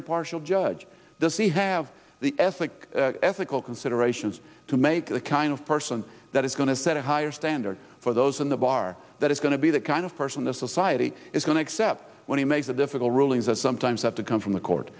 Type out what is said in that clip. impartial judge does he have the ethic ethical considerations to make the kind of person that is going to set a higher standard for those in the bar that is going to be the kind of person the society is going to accept when he makes that difficult rulings that sometimes have to come from the court